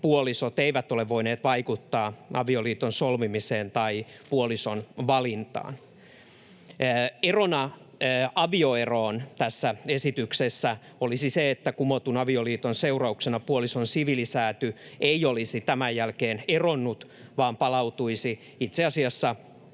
puolisot eivät ole voineet vaikuttaa avioliiton solmimiseen tai puolison valintaan. Erona avioeroon tässä esityksessä olisi se, että kumotun avioliiton seurauksena puolison siviilisääty ei olisi tämän jälkeen ”eronnut” vaan palautuisi itse asiassa